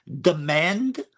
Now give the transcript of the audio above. demand